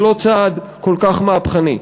זה לא צעד כל כך מהפכני.